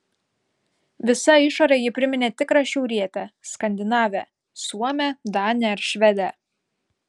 visa išore ji priminė tikrą šiaurietę skandinavę suomę danę ar švedę